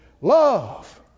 Love